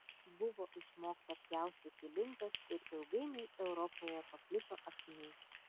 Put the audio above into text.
buvo išmokta pjaustyti linzes ir ilgainiui europoje paplito akiniai